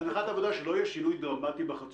בהנחת עבודה שלא יהיה שינוי דרמטי בחצי